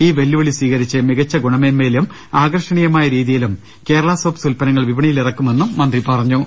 ഈ വെല്ലുവിളി സ്വീകരിച്ച് മികച്ച ഗുണ മേന്മയിലും ആകർഷണീയമായ രീതിയിലും കേരള സോപ്സ് ഉത്പന്നങ്ങൾ വിപണിയിലിറക്കുമെന്നും മന്ത്രി പറഞ്ഞു